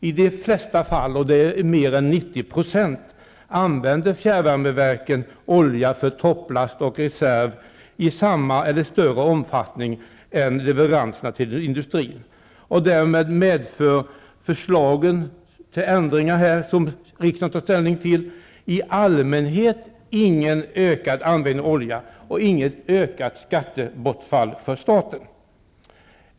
I de allra flesta fall, mer än 90 %, använder fjärrvärmeverken olja för topplast och reserv i samma eller större omfattning än för levereranserna till industrin. Därmed medför förslagen till ändringar som riksdagen skall ta ställning till i allmänhet ingen ökad användning av olja och inget ökat skattebortfall för staten.